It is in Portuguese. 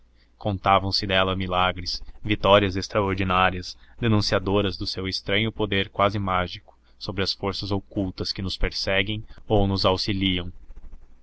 contavam-se dela milagres vitórias extraordinárias denunciadoras do seu estranho poder quase mágico sobre as forças ocultas que nos perseguem ou nos auxiliam